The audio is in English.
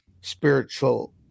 spiritual